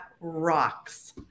rocks